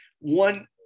One